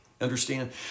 Understand